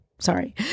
Sorry